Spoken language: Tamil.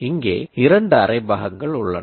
இங்கே இரண்டு அரைபாகங்கள் உள்ளன